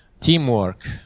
teamwork